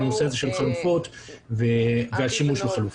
הנושא הזה של חלופות והשימוש בחלופות.